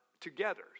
together